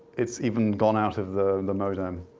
it's even gone out of the the modem.